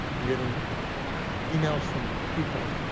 i'm getting emails from people,